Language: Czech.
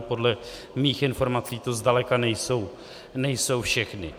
Podle mých informací to zdaleka nejsou všechny.